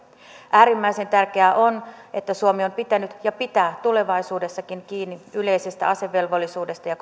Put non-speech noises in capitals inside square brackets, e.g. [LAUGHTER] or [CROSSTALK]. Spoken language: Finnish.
äärimmäisen tärkeää on että suomi on pitänyt ja pitää tulevaisuudessakin kiinni yleisestä asevelvollisuudesta ja [UNINTELLIGIBLE]